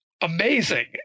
amazing